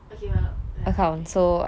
okay well ya it's fine